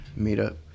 meetup